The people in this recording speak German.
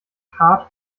haart